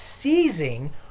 seizing